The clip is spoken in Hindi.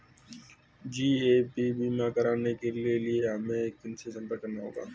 जी.ए.पी बीमा कराने के लिए हमें किनसे संपर्क करना होगा?